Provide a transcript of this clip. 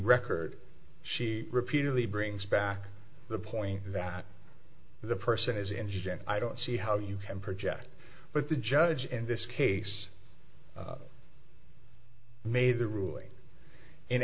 record she repeatedly brings back the point that the person is engine i don't see how you can project but the judge in this case made the ruling in